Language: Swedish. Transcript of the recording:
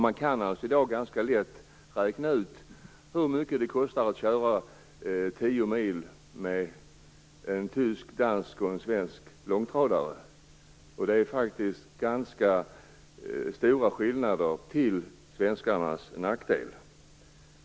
Man kan i dag ganska lätt räkna ut hur mycket det kostar att köra 10 mil med en tysk, en dansk eller en svensk långtradare. Det är faktiskt ganska stora skillnader, till svenskarnas nackdel.